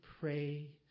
pray